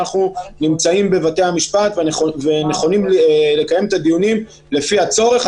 אנחנו נמצאים בבתי המשפט ונכונים לקיים את הדיונים לפי הצורך.